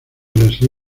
brasil